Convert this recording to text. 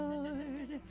Lord